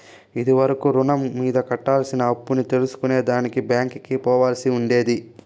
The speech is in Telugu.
ఇది వరకు రుణం మీద కట్టాల్సిన అప్పుని తెల్సుకునే దానికి బ్యాంకికి పోవాల్సి ఉండేది